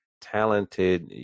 talented